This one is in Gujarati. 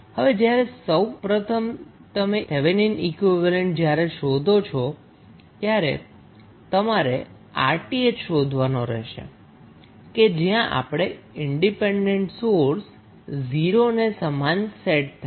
હવે જ્યારે સૌ પ્રથમ તમે થેવેનિન ઈક્વીવેલેન્ટ જ્યારે શોધો છો ત્યારે તમારે 𝑅𝑇ℎ શોધવાનો રહેશે કે જ્યાં આપણે ઈન્ડિપેન્ડન્ટ સોર્સ 0 ને સમાન સેટ થાય